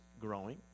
growing